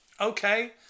okay